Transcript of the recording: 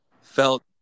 Felt